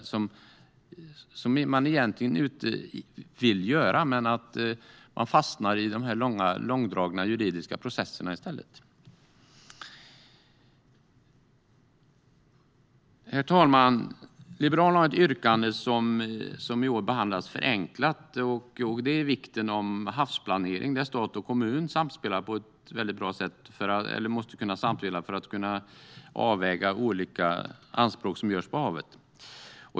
Det är sådant som man egentligen vill göra, men man fastnar i de långdragna juridiska processerna i stället. Herr talman! Liberalerna har ett yrkande som i år behandlas förenklat. Det gäller vikten av havsplanering, där stat och kommun måste kunna samspela för att kunna avväga olika anspråk som görs på havet.